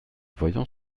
voyant